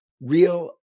Real